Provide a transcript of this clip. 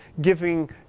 giving